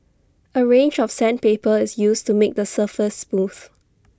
A range of sandpaper is used to make the surface smooth